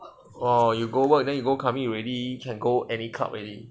oh you go work then you go clubbing already can go any club already